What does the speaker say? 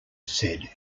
said